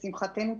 לשמחתנו,